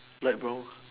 light brown